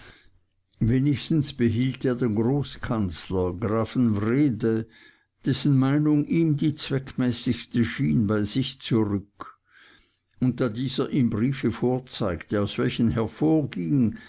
wenigstens behielt er den großkanzler grafen wrede dessen meinung ihm die zweckmäßigste schien bei sich zurück und da dieser ihm briefe vorzeigte aus welchen hervorging